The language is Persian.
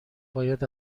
باید